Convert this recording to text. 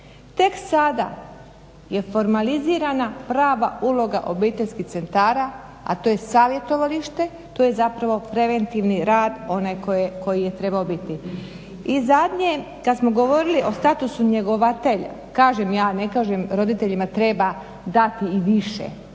Tek sada je formalizirana prava uloga obiteljskih centara, a to je savjetovalište, to je zapravo preventivni rad onaj koji je trebao biti. I zadnje kad smo govorili o statusu njegovatelja kažem ja, ne kažem roditeljima treba dati i više